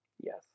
Yes